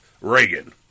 Reagan